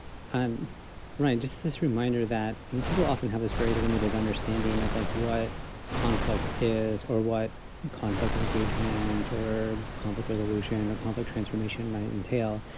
and right just this reminder that people often have this very limited understanding of like, what conflict is or what conflict engagement or conflict resolution or conflict transformation might entail,